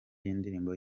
y’indirimbo